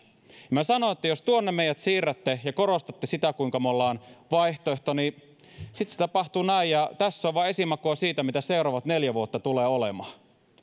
sanon että jos tuonne meidät siirrätte ja korostatte sitä kuinka me olemme vaihtoehto niin sitten se tapahtuu näin ja tässä on vain esimakua siitä mitä seuraavat neljä vuotta tulevat olemaan